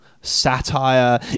satire